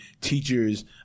teachers